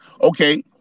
Okay